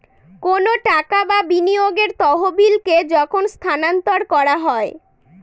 কোনো টাকা বা বিনিয়োগের তহবিলকে যখন স্থানান্তর করা হয়